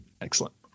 Excellent